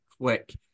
quick